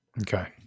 Okay